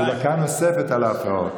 ודקה נוספת על ההפרעות.